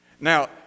now